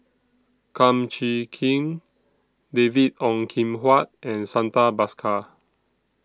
Kum Chee Kin David Ong Kim Huat and Santha Bhaskar